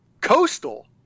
Coastal